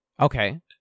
okay